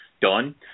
done